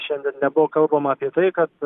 šiandien nebuvo kalbama apie tai kad